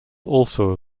also